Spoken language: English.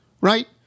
right